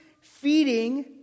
feeding